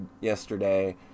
yesterday